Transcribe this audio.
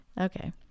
Okay